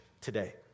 today